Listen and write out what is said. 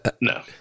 No